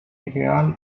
ideal